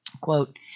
Quote